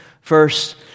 First